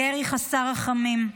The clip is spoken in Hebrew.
ירי חסר רחמים,